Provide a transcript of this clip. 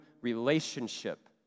relationship